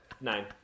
Nine